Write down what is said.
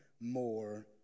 more